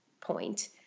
point